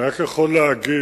אני רק יכול להגיד